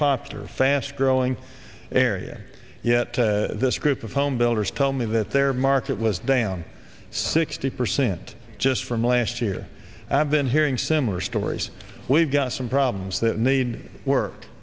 popular fast growing area yet this group of home builders tell me that their market was down sixty percent just from last year i've been hearing similar stories we've got some problems that need work